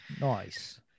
Nice